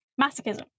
masochism